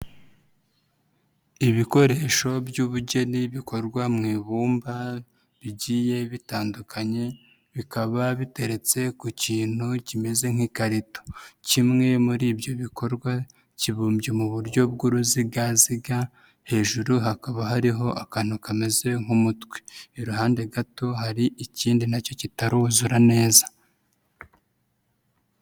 Ibikoresho by'ubugeni bikorwa mu ibumba bigiye bitandukanye bikaba biteretse ku kintu kimeze nk'ikarito, kimwe muri ibyo bikorwa kibumbye mu buryo bw'uruzigaziga hejuru hakaba hariho akantu kameze nk'umutwe, iruhande gato hari ikindi na cyo kitaruzura neza.